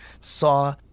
saw